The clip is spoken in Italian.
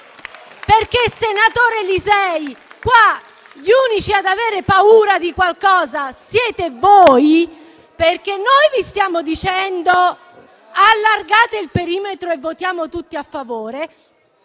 Senatore Lisei, qui gli unici ad avere paura di qualcosa siete voi, perché noi vi stiamo dicendo di allargare il perimetro per poter votare tutti a favore.